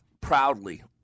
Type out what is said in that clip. proudly